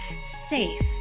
Safe